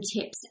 tips